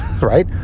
right